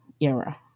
era